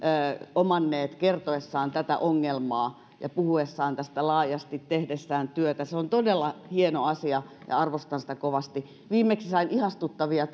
omanneet kertoessaan tätä ongelmaa ja puhuessaan tästä laajasti tehdessään työtä se on todella hieno asia ja ja arvostan sitä kovasti viimeksi sain ihastuttavia